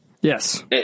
Yes